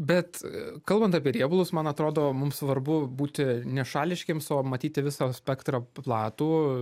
bet kalbant apie riebalus man atrodo mums svarbu būti nešališkiems o matyti visą spektrą platų